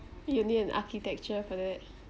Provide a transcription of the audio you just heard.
you need an architecture for that